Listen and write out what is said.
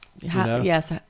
Yes